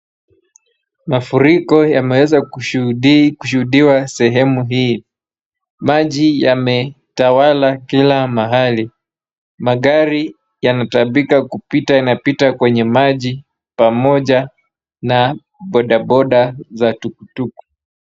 Mafuriko yameweza kushuhudiwa sehemu hii, maji yametawala kila mahali, magari yanataabika kupita, yanapita kwa maji pamoja na [ boda boda za tuk tuk .